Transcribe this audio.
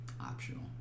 optional